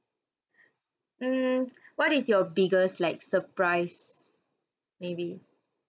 mm what is your biggest like surprise maybe